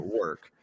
work